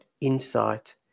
insight